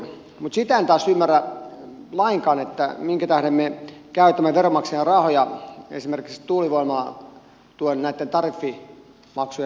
mutta sitä taas en ymmärrä lainkaan minkä tähden me käytämme veronmaksajien rahoja esimerkiksi tuulivoimalatuen näitten tariffimaksujen tasaukseen